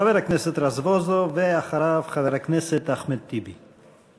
חבר הכנסת רזבוזוב, ואחריו, חבר הכנסת אחמד טיבי.